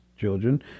children